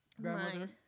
Grandmother